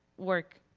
work